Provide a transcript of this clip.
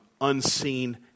unseen